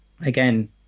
again